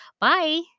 Bye